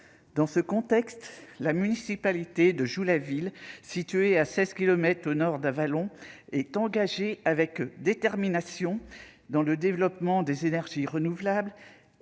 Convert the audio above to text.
Dans ce contexte, la municipalité de Joux-la-Ville, située à 16 kilomètres au nord d'Avallon, est engagée avec détermination dans le développement des énergies renouvelables.